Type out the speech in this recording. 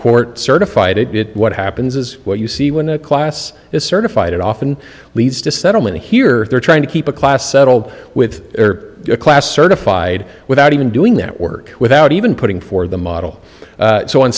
court certified it what happens is what you see when a class is certified it often leads to settlement here they're trying to keep a class settled with a class certified without even doing that work without even putting for the model